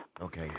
Okay